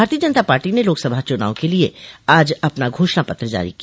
भारतीय जनता पार्टी ने लोकसभा चुनाव के लिए आज अपना घोषणा पत्र जारी किया